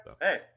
Hey